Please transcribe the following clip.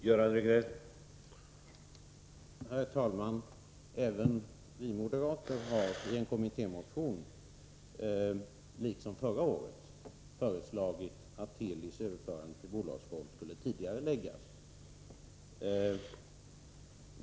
Herr talman! Även vi moderater har i en kommittémotion — liksom förra året — föreslagit att Telis överförande till bolagsform skulle tidigareläggas.